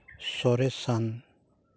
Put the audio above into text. ᱥᱚᱨᱮᱥᱟᱱ